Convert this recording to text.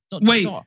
Wait